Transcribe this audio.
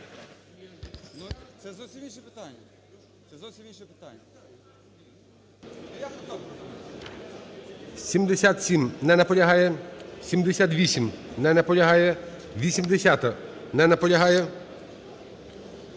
77. Не наполягає. 78. Не наполягає. 80-а. Не наполягає.